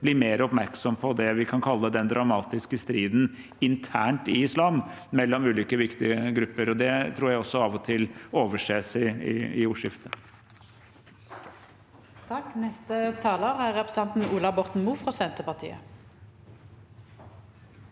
bli mer oppmerksom på det vi kan kalle den dramatiske striden internt i islam mellom ulike viktige grupper. Det tror jeg også av og til overses i ordskiftet.